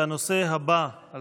הנושא הבא על